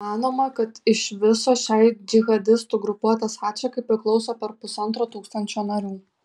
manoma kad iš viso šiai džihadistų grupuotės atšakai priklauso per pusantro tūkstančio narių